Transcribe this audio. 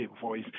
voice